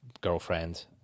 girlfriend